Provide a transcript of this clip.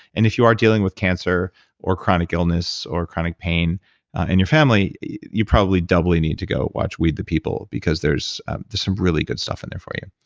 and if you are dealing with cancer or chronic illness, or chronic pain in your family, you probably doubly need to go watch weed the people, because there's some really good stuff in there for you.